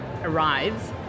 arrives